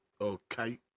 Okay